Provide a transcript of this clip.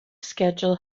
schedule